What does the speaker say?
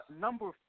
number